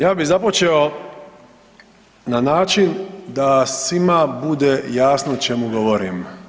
Ja bi započeo na način da svima bude jasno o čemu govorim.